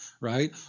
right